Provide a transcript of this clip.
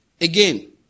again